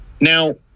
Now